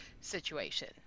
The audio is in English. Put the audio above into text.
situation